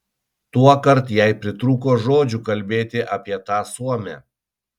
tuokart jai pritrūko žodžių kalbėti apie tą suomę